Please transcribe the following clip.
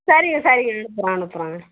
சரிங்க சரிங்க அனுப்புகிறேன் அனுப்புகிறேங்க